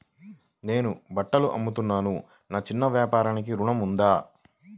నేను బట్టలు అమ్ముతున్నాను, నా చిన్న వ్యాపారానికి ఋణం ఉందా?